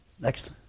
Next